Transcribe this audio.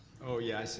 oh, yeah, i see,